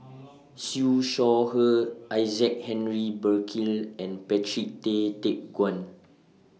Siew Shaw Her Isaac Henry Burkill and Patrick Tay Teck Guan